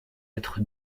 être